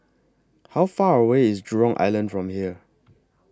How Far away IS Jurong Island from here